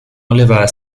oliver